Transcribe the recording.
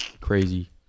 Crazy